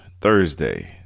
Thursday